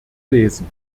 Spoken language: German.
lesen